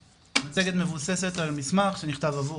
מצגת) המצגת מבוססת על מסמך שנכתב עבור